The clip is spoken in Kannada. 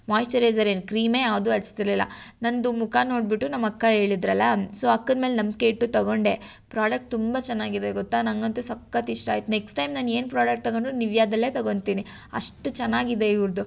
ಮಾಯಿಶ್ಚರೈಸರ್ ಏನು ಕ್ರೀಮೇ ಯಾವುದು ಹಚ್ತಿರ್ಲಿಲ್ಲ ನನ್ನದು ಮುಖ ನೋಡಿಬಿಟ್ಟು ನಮ್ಮ ಅಕ್ಕ ಹೇಳಿದ್ರಲ್ಲ ಸೊ ಅಕ್ಕನ ಮೇಲೆ ನಂಬಿಕೆ ಇಟ್ಟು ತೊಗೊಂಡೆ ಪ್ರಾಡಕ್ಟ್ ತುಂಬ ಚೆನ್ನಾಗಿದೆ ಗೊತ್ತಾ ನನಗಂತೂ ಸಕ್ಕತ್ತು ಇಷ್ಟ ಆಯಿತು ನೆಕ್ಸ್ಟ್ ಟೈಮ್ ನಾನು ಏನು ಪ್ರಾಡಕ್ಟ್ ತಗೊಂಡರು ನಿವಿಯಾದಲ್ಲೇ ತಗೊಂತೀನಿ ಅಷ್ಟು ಚೆನ್ನಾಗಿದೆ ಇವ್ರದ್ದು